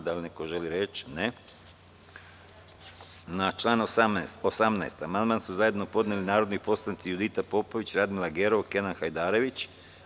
Da li neko želi reč? (Ne) Na član 18. amandman su zajedno podneli narodni poslanici Judita Popović, Radmila Gerov i Kenan Hajdarević.